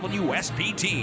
wspt